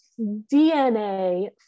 dna